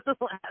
last